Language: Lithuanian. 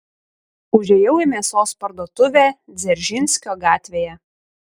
užėjau į mėsos parduotuvę dzeržinskio gatvėje